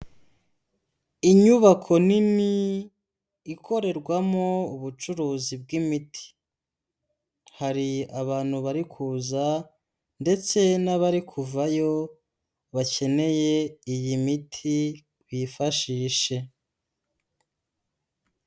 Inyubako nini ikorerwamo ubucuruzi bw'imiti, hari abantu bari kuza ndetse n'abari kuvayo bakeneye iyi miti bifashishe.